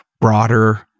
broader